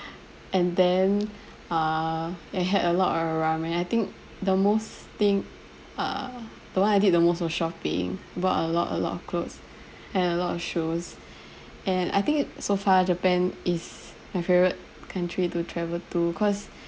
and then uh I had a lot of ramen I think the most thing uh the one I did the most was shopping bought a lot a lot of clothes and a lot of shoes and I think so far japan is my favourite country to travel to cause